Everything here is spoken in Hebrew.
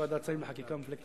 למה אתה מקפיד?